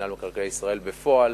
ובפועל